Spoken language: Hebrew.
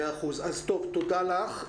תודה לך.